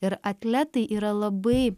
ir atletai yra labai